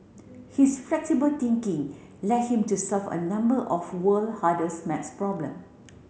his flexible thinking led him to solve a number of world hardest maths problem